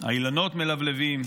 האילנות מלבלבים,